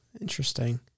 Interesting